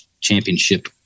championship